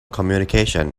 communication